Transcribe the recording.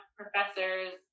professors